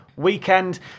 weekend